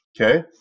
Okay